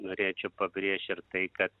norėčiau pabrėš ir tai kad